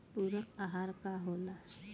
पुरक अहार का होला?